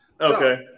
okay